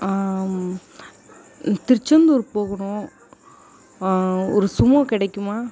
திருச்செந்தூர் போகணும் ஒரு சுமோ கிடைக்குமா